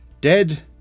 Dead